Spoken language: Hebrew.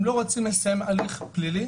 הם לא רוצים לסיים ההליך הפלילי